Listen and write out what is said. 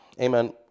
amen